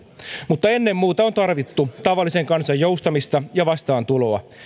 mutta ennen muuta on tarvittu tavallisen kansan joustamista ja vastaantuloa